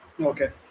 okay